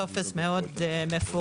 טופס מאוד מפורט.